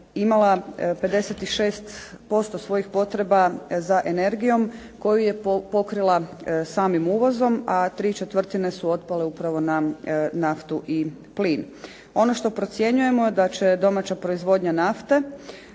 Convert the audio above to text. imala 56% svojih potreba za energijom koju je pokrila samim uvozom a ¾ su otpale upravo na naftu i plin. Ono što procjenjujemo da će domaća proizvodnja nafte